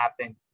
happen